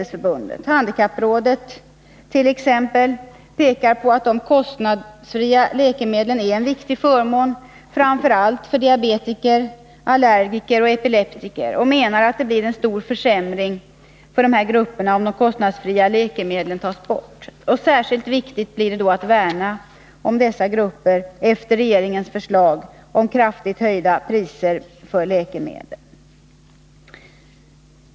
Exempelvis handikapprådet pekar på att de kostnadsfria läkemedlen är en viktig förmån framför allt för diabetiker, allergiker och epileptiker och menar att det blir en stor försämring för dessa grupper om de kostnadsfria läkemedlen tas bort. Särskilt viktigt blir det att värna om dessa grupper efter regeringens förslag om kraftigt höjda priser för läkemedel.